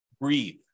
breathe